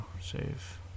save